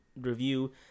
review